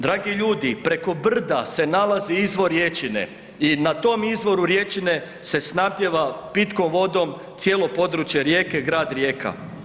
Dragi ljudi, preko brda se nalazi izvor rječine i na tom izvoru rječine se snabdijeva pitkom vodom cijelo područje Rijeke, grad Rijeka.